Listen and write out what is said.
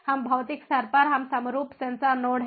हम भौतिक स्तर पर हम समरूप सेंसर नोड हैं